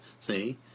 See